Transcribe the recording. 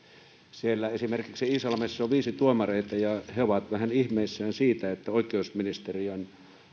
siellä esimerkiksi iisalmessa on viisi tuomaria ja he ovat vähän ihmeissään siitä että oikeusministeriön